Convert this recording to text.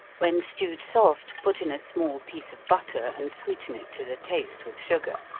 when stewed soft, put in a small piece of butter, and sweeten it to the taste, with sugar.